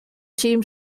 team